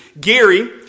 Gary